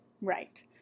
Right